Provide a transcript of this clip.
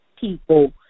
people